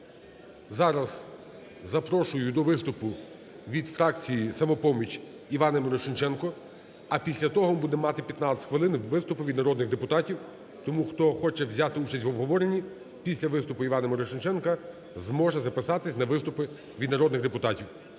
зараз запрошую до виступу від фракції "Самопоміч" Івана Мірошніченка, а після того будемо мати 15 хвилин – виступи від народних депутатів. Тому, хто хоче взяти участь в обговоренні після виступу Івана Мірошніченка зможе записатися на виступ від народних депутатів.